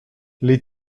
les